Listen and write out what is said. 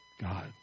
God